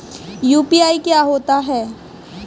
UPI क्या होता है?